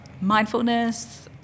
mindfulness